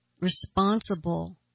responsible